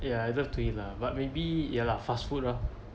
ya I love to eat lah but maybe ya lah fast food loh